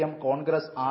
M Congress R